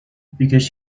because